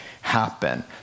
happen